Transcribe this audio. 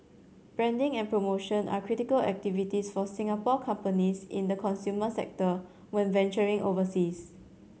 branding and promotion are critical activities for Singapore companies in the consumer sector when venturing overseas